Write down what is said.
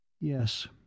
Yes